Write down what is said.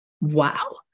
wow